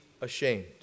ashamed